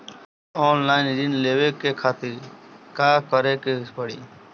Online ऋण लेवे के खातिर का करे के पड़ी?